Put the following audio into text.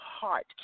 heart